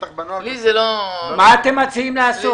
מה אתם מציעים לעשות?